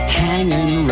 hanging